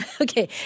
Okay